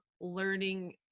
learning